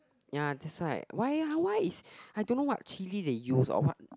ya that's why why why is I don't know what chilli they used or what